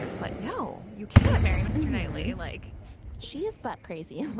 but no, you can't marry mr. knightley like she is but crazy. um